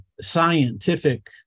scientific